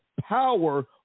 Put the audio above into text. power